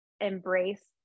embrace